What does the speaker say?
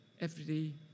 everyday